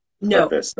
No